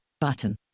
button